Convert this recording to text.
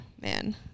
man